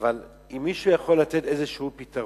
אבל אם מישהו יכול לתת איזה פתרון,